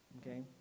Okay